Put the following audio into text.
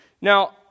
Now